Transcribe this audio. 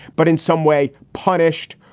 but in some way punished,